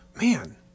man